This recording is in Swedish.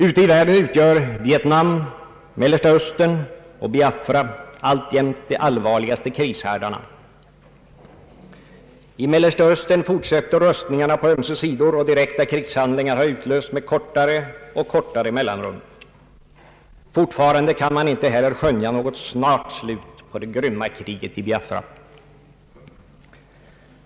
Ute i världen utgör Vietnam, Mellersta Östern och Biafra alltjämt de allvarligaste krishärdarna. I Meilersta Östern fortsätter rustningarna på ömse sidor, och direkta krigshandlingar har utlösts med kortare och kortare mellanrum. Inte hel ler kan man skönja något snart slut på det grymma kriget i Biafra.